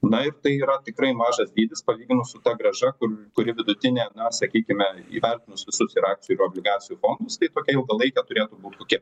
na ir tai yra tikrai mažas dydis palyginus su ta grąža kur kuri vidutinė na sakykime įvertinus visus ir akcijų obligacijų ir fondus tai tokia ilgalaikė turėtų būti kokia